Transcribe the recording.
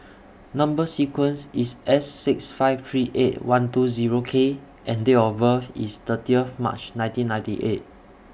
Number sequence IS S six five three eight one two Zero K and Date of birth IS thirty of March nineteen ninety eight